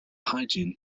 hygiene